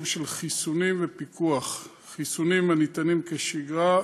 של חיסונים ופיקוח: חיסונים הניתנים כשגרה,